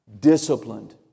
Disciplined